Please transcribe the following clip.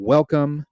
Welcome